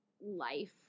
life